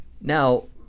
Now